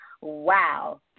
Wow